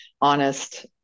honest